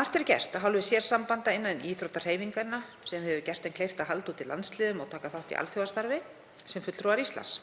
Margt hefur verið gert af hálfu sérsambanda innan íþróttahreyfingarinnar sem hefur gert þeim kleift að halda úti landsliðum og taka þátt í alþjóðastarfi sem fulltrúar Íslands.